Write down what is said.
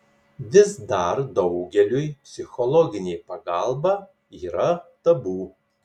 vis dar daugeliui psichologinė pagalba yra tabu